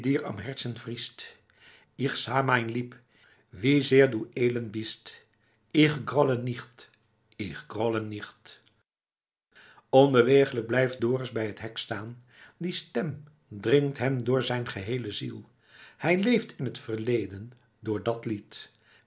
elend bist ich grolle nicht ich grolle nicht onbeweeglijk blijft dorus bij het hek staan die stem dringt hem door zijn geheele ziel hij leeft in het verleden door dat lied